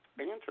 answer